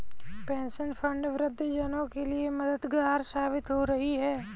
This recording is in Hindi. पेंशन फंड वृद्ध जनों के लिए मददगार साबित हो रही है